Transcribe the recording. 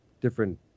different